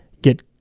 get